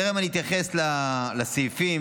בטרם אתייחס לסעיפים,